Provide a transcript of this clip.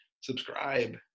subscribe